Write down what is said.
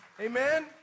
Amen